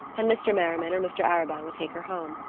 and mr. merriman or mr. arobin would take her home.